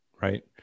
Right